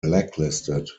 blacklisted